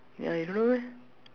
ya you don't know meh